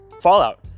Fallout